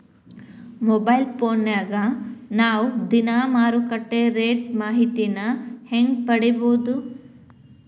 Mobile ಫೋನ್ಯಾಗ ನಾವ್ ದಿನಾ ಮಾರುಕಟ್ಟೆ ರೇಟ್ ಮಾಹಿತಿನ ಹೆಂಗ್ ಪಡಿಬೋದು?